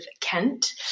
Kent